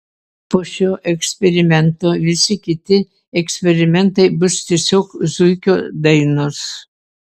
po šio eksperimento visi kiti eksperimentai bus tiesiog zuikio dainos